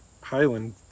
Highland